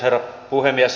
herra puhemies